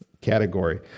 category